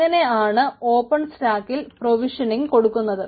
അങ്ങനെ ആണ് ഓപ്പൺ സ്റ്റാക്കിൽ പ്രൊവിഷ്യനിങ്ങ് നടത്തുന്നത്